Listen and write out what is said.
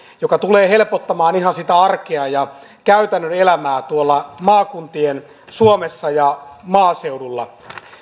joka tulee helpottamaan ihan sitä arkea ja käytännön elämää tuolla maakuntien suomessa ja maaseudulla